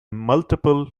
multiple